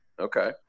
Okay